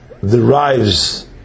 derives